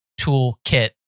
toolkit